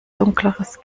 dunkleres